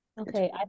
Okay